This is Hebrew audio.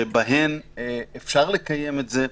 שבהן אפשר לקיים את זה: